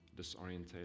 disorientated